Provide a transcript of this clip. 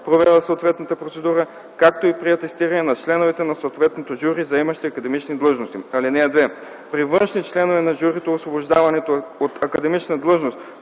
провела съответната процедура, както и при атестирането на членовете на съответното жури, заемащи академични длъжности. (2) При външните членове на журито освобождаването от академична длъжност